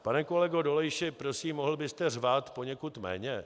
Pane kolego Dolejši, prosím, mohl byste řvát poněkud méně?